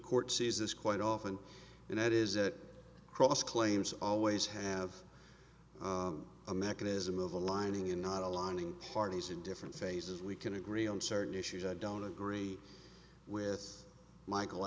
court sees this quite often and that is that cross claims always have a mechanism of aligning in not aligning parties in different phases we can agree on certain issues i don't agree with michael